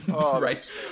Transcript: Right